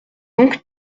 donc